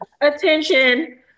attention